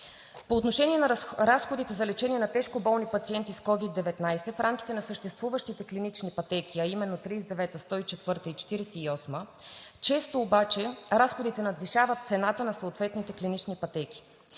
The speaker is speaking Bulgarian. По отношение на разходите за лечение на тежкоболни пациенти с COVID-19. В рамките на съществуващите клинични пътеки, а именно 39-а, 104-а и 48-а разходите често надвишават цената на съответните клинични пътеки.